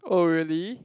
oh really